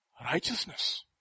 Righteousness